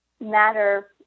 matter